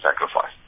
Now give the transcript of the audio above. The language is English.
sacrifice